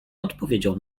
odpowiedział